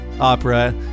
opera